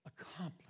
accomplished